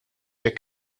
jekk